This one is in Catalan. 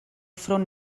front